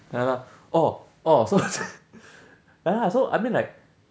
ya lah oh oh so ya lah so I mean like